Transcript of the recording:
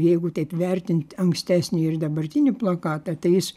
jeigu taip vertint ankstesnį ir dabartinį plakatą tai jis